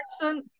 person